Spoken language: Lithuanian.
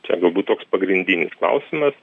čia galbūt toks pagrindinis klausimas